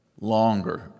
longer